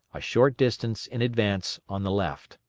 a short distance in advance on the left.